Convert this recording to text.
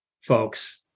folks